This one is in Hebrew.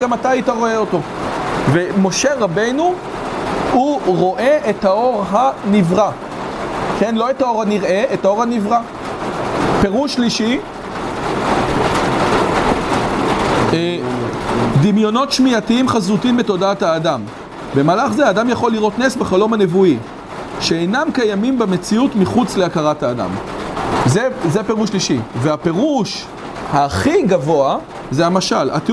גם אתה היית רואה אותו. ומשה רבנו הוא רואה את האור הנברא כן? לא את האור הנראה, את האור הנברא. פירוש שלישי, דמיונות שמיעתיים חזותיים בתודעת האדם. במהלך זה האדם יכול לראות נס בחלום הנבואי שאינם קיימים במציאות מחוץ להכרת האדם. זה פירוש שלישי. והפירוש הכי גבוה זה המשל